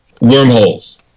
Wormholes